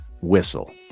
whistle